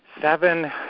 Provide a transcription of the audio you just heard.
Seven